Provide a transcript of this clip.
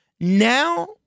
Now